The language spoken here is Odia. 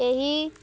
ଏହି